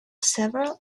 several